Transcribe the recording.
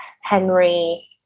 Henry